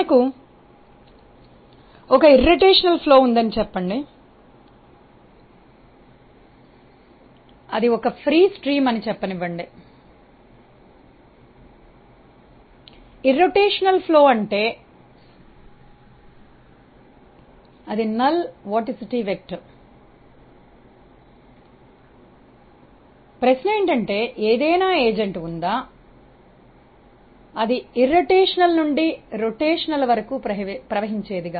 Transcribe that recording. మనకు ఒక భ్రమణ రహిత ప్రవాహం ఉందని చెప్పండి ఇది ఒక ఉచిత ప్రవాహం అని చెప్పనివ్వండి భ్రమణ రహిత ప్రవాహం అంటే అది శూన్య వార్టిసిటీ వెక్టర్ ఇప్పుడు ప్రశ్న ఏంటంటే ఏదైన కారకం ఉందా అది భ్రమణ రహిత చలనం నుండి భ్రమణ చలనం వరకు ప్రవహించేది గా